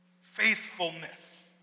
Faithfulness